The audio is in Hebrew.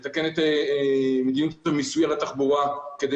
לתקן את מדיניות המיסוי על התחבורה כדי